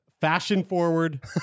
fashion-forward